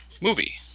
movie